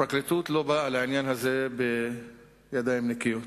הפרקליטות לא באה לעניין הזה בידיים נקיות,